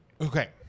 Okay